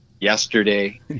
yesterday